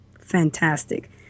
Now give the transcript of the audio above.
fantastic